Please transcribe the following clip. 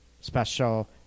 special